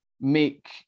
make